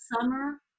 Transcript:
summer